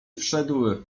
wszedł